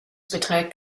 beträgt